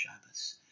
Shabbos